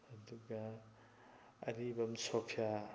ꯑꯗꯨꯒ ꯑꯔꯤꯕꯝ ꯁꯣꯐꯤꯑꯥ